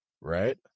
right